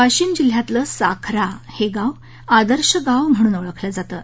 वाशिम जिल्ह्यातलं साखरा हे गाव आदर्श गांव म्हणून ओळखलं जातं